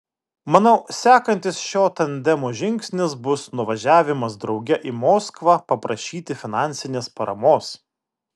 manau sekantis šio tandemo žingsnis bus nuvažiavimas drauge į moskvą paprašyti finansinės paramos